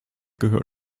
gehör